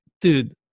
dude